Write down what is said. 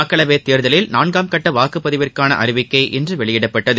மக்களவைத் தேர்தலில் நான்காம் கட்ட வாக்குப் பதிவிற்கான அறிவிக்கை இன்று வெளியிடப்பட்டது